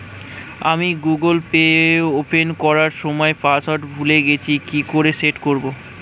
আমি Google Pay open করার সময় পাসওয়ার্ড ভুলে গেছি কি করে সেট করব?